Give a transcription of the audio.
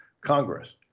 Congress